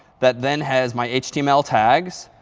that then has my html tags,